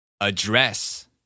Address